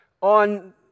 on